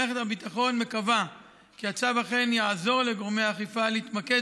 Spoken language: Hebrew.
מערכת הביטחון מקווה כי הצו אכן יעזור לגורמי האכיפה להתמקד